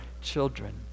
children